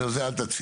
אז על זה אל תצהיר.